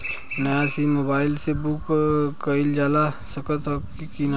नया sim mobile से book कइलजा सकत ह कि ना?